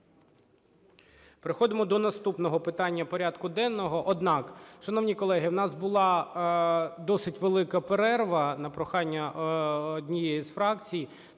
Переходимо до наступного питання порядку денного. Однак, шановні колеги, у нас була досить велика перерва на прохання однієї з фракцій.